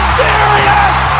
serious